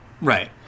Right